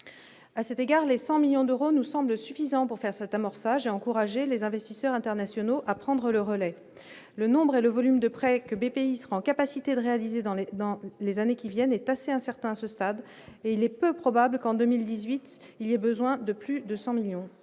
à cet égard, les 100 millions d'euros nous semble suffisant pour faire cet amorçage encourager les investisseurs internationaux à prendre le relais, le nombre, le volume de prêts que BP sera en capacité de réaliser dans les dans les années qui viennent, est assez incertain ce stade et il est peu probable qu'en 2018 il y a besoin de plus de 100 millions, c'est